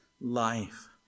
life